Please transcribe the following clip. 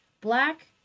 Black